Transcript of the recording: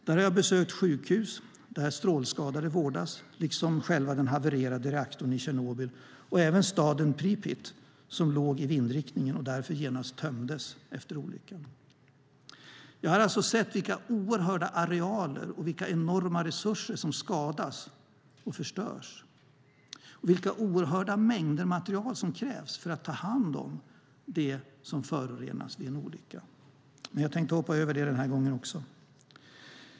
Där har jag besökt sjukhus där strålskadade vårdas liksom själva den havererade reaktorn i Tjernobyl - även staden Prypjat som låg i vindriktningen och därför genast tömdes efter olyckan. Jag har alltså sett vilka oerhörda arealer och vilka enorma resurser som skadas och förstörs och vilka oerhörda mängder material som krävs för att ta hand om det som förorenas vid en olycka. Men jag tänkte hoppa över det den här gången också.